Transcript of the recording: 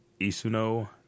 Isuno